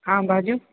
हँ बाजू